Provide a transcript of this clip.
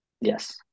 Yes